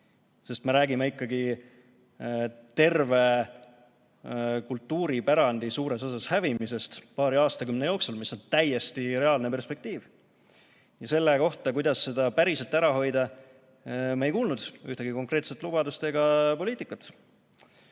Sest me räägime ikkagi terve kultuuripärandi suures osas hävimisest paari aastakümne jooksul, mis on täiesti reaalne perspektiiv. Selle kohta, kuidas seda päriselt ära hoida, me ei kuulnud mitte ühtegi konkreetset lubadust. Justkui